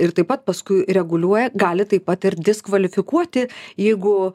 ir taip pat paskui reguliuoja gali taip pat ir diskvalifikuoti jeigu